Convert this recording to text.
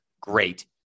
great